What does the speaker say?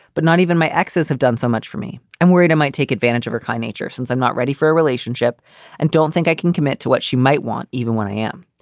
but not even my ex's have done so much for me. i'm worried i might take advantage of her chi nature since i'm not ready for a relationship and don't think i can commit to what she might want. even when i am,